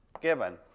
given